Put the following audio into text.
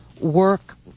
work